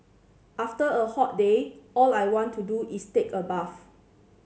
after a hot day all I want to do is take a bath